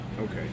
Okay